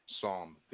Psalm